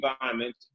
environment